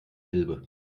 elbe